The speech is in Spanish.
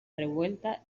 revuelta